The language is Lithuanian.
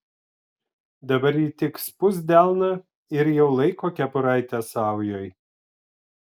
dabar ji tik spust delną ir jau laiko kepuraitę saujoje